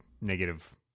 negative